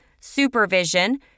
supervision